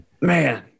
Man